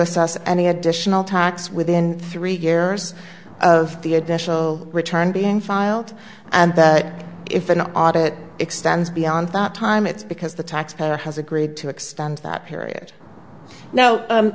assess any additional tax within three years of the additional return being filed and if an audit extends beyond that time it's because the taxpayer has agreed to extend that period now